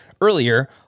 earlier